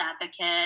advocate